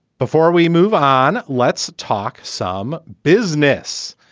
before we move on, let's talk some business.